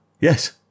Yes